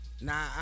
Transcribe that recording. Nah